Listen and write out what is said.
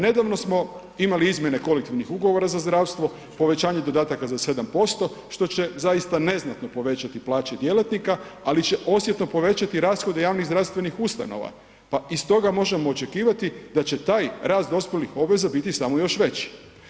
Nedavno smo imali izmjene kolektivnih ugovora za zdravstvo, povećanje dodataka za 7%, što će zaista neznatno povećati plaće djelatnike, ali će osjetno povećati rashode javnih zdravstvenih ustanova, pa iz toga možemo očekivati da će taj rast dospjelih obveza biti samo još veći.